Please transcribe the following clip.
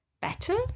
better